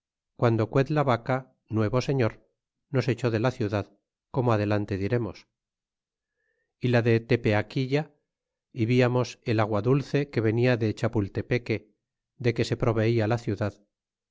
guando cuedlavaca nuevo señor nos echó de la ciudad corno adelante diremos y la de tepeaquilla y viamos el agua dulce que venia de chapultepeque de que se proveia la ciudad